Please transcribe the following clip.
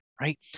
Right